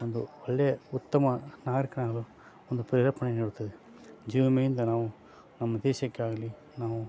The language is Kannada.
ಒಂದು ಒಳ್ಳೆಯ ಉತ್ತಮ ನಾಗರಿಕನಾಗಲು ಒಂದು ಪ್ರೇರೇಪಣೆ ನೀಡುತ್ತದೆ ಜೀವ ವಿಮೆಯಿಂದ ನಾವು ನಮ್ಮ ದೇಶಕ್ಕಾಗಲಿ ನಾವು